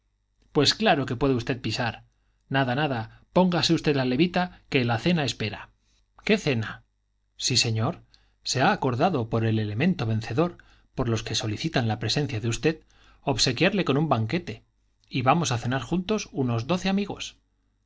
pues claro que puede usted pisar nada nada póngase usted la levita que la cena espera qué cena sí señor se ha acordado por el elemento vencedor por los que solicitan la presencia de usted obsequiarle con un banquete y vamos a cenar juntos unos doce amigos